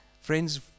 friends